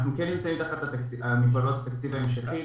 אנחנו כן נמצאים תחת המגבלות של התקציב ההמשכי,